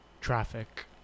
Traffic